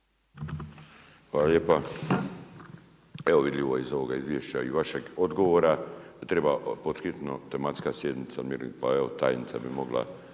Hvala lijepa. Evo vidljivo je iz ovoga izvješća i vašeg odgovora treba pod hitno tematska sjednica, pa evo tajnica bi mogla